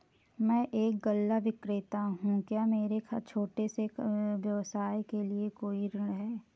मैं एक गल्ला विक्रेता हूँ क्या मेरे छोटे से व्यवसाय के लिए कोई ऋण है?